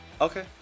Okay